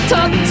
Talk